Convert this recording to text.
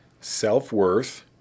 self-worth